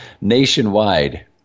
nationwide